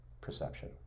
perception